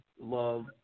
love